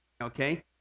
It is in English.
okay